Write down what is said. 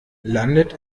landet